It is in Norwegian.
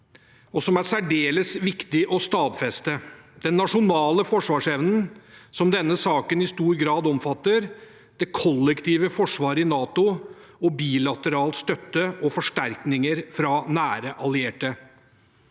og som er særdeles viktig å stadfeste: den nasjonale forsvarsevnen, som denne saken i stor grad omfatter, det kollektive forsvaret i NATO og bilateral støtte og forsterkninger fra nære allierte.